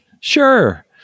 sure